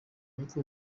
uko